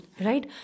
right